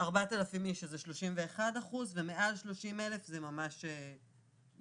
-4,000 איש שזה 31% ומעל 30,000 זה זניח,